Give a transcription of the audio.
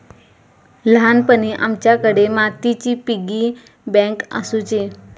ल्हानपणी आमच्याकडे मातीची पिगी बँक आसुची